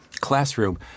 classroom